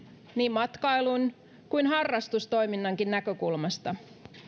matkailun kuin harrastustoiminnankin näkökulmasta